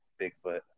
Bigfoot